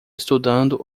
estudando